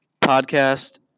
podcast